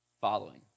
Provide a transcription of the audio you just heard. Following